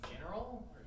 General